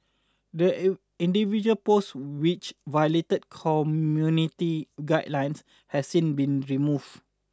the individual posts which violated community guidelines have since been removed